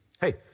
hey